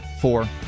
four